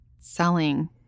selling